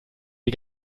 die